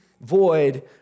void